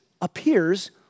appears